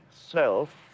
self